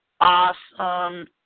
awesome